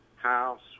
house